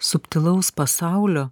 subtilaus pasaulio